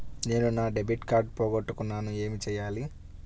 నేను నా debit card పోగొట్టుకున్నాను ఏమి చేయాలి?